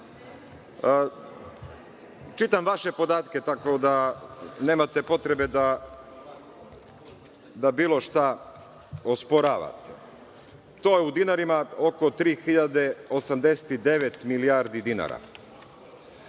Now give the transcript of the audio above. Čitam vaše podatke, tako da nemate potrebe da bilo šta osporavate. To je u dinarima oko 3.089 milijardi dinara. Moram